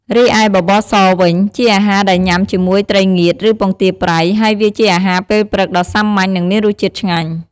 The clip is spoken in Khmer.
រីឯបបរសវិញ ជាអាហារដែលញុំាជាមួយត្រីងៀត ឬ ពងទាប្រៃ ហើយវាជាអាហារពេលព្រឹកដ៏សាមញ្ញ និងមានរសជាតិឆ្ងាញ់។